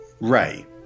Ray